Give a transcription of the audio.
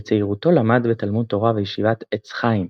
בצעירותו למד בתלמוד תורה וישיבת "עץ חיים",